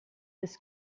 des